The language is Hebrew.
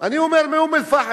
או אדוני השר,